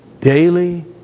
daily